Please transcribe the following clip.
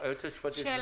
היועצת המשפטית.